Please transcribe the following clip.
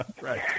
Right